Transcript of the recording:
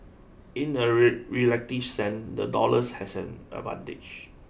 in a relative sense the dollar has an advantage